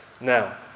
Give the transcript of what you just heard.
now